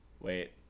Wait